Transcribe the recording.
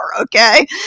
Okay